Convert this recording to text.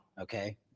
okay